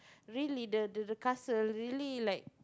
really the the castle really like